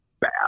bad